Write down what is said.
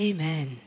Amen